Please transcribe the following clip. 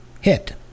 hit